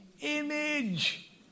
image